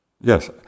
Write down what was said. Yes